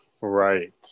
Right